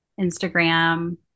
Instagram